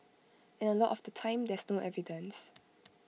and A lot of the time there's no evidence